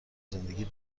زندگی